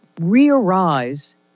re-arise